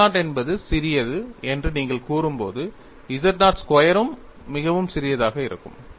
z0 என்பது சிறியது என்று நீங்கள் கூறும்போது z0 ஸ்கொயர்யும் மிகவும் சிறியதாக இருக்கும்